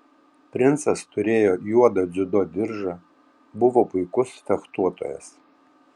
princas turėjo juodą dziudo diržą buvo puikus fechtuotojas